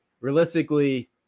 realistically